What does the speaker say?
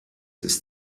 ist